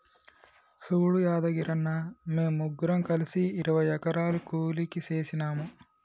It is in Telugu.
సూడు యాదగిరన్న, మేము ముగ్గురం కలిసి ఇరవై ఎకరాలు కూలికి సేసినాము